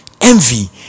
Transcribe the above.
envy